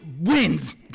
wins